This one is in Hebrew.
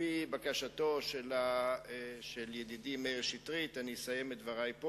על-פי בקשתו של ידידי מאיר שטרית אני אסיים את דברי פה.